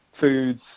foods